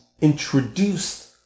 introduced